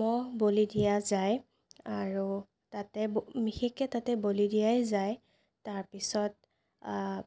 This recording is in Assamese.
ম'হ বলি দিয়া যায় আৰু তাতে বিশেষকৈ তাতে বলি দিয়াই যায় তাৰ পিছত